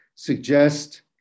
Suggest